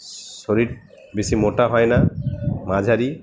শরীর বেশি মোটা হয় না মাঝারি